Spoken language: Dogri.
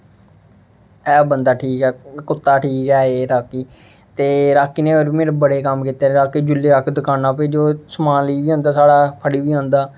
ऐ बंदा ठीक ऐ कुत्ता ठीक ऐ एह् राॅकी ते राॅकी ने होर बी मेरे बडे़ कम्म कीते दे राॅकी गी जेल्लै आखो दकानां उप्पर जो समान लेई जंदा साढ़ा फड़ी बी आंदा